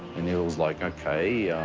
and he was, like, okay,